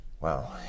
Wow